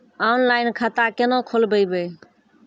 Online खाता केना खोलभैबै?